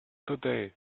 today